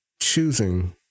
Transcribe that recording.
choosing